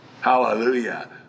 hallelujah